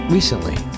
Recently